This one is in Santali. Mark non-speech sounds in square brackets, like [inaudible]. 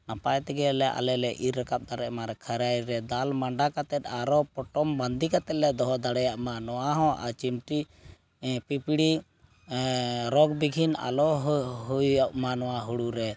ᱱᱟᱯᱟᱭ ᱛᱮᱜᱮᱞᱮ ᱟᱞᱮᱞᱮ ᱤᱨ ᱨᱟᱠᱟᱯ ᱫᱟᱲᱮᱭᱟᱜ ᱢᱟ ᱠᱷᱟᱹᱨᱟᱭ ᱨᱮ ᱫᱟᱞ ᱢᱟᱸᱰᱟ ᱠᱟᱛᱮᱫ ᱟᱨᱚ ᱯᱚᱴᱚᱢ ᱵᱟᱸᱫᱤ ᱠᱟᱛᱮᱫ ᱞᱮ ᱫᱚᱦᱚ ᱫᱟᱲᱮᱭᱟᱜᱼᱢᱟ ᱱᱚᱣᱟ ᱦᱚᱸ ᱟᱪᱤᱢᱴᱤ ᱮᱻ ᱯᱤᱯᱲᱤ ᱨᱚᱜᱽᱵᱤᱜᱷᱤᱱ ᱟᱞᱚ [unintelligible] ᱦᱩᱭᱩᱜ ᱢᱟ ᱱᱚᱣᱟ ᱦᱩᱲᱩᱨᱮ